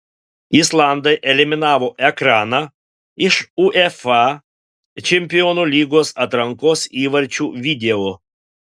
islandai eliminavo ekraną iš uefa čempionų lygos atrankos įvarčių video